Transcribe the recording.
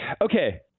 Okay